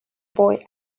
boy